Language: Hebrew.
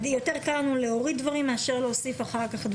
יותר קל לנו להוריד דברים, מאשר להוסיף אחר כך.